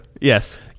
yes